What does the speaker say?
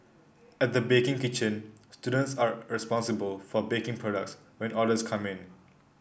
at the baking kitchen students are responsible for baking products when orders come in